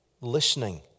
listening